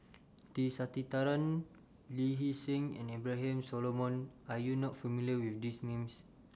T Sasitharan Lee Hee Seng and Abraham Solomon Are YOU not familiar with These Names